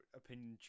opinion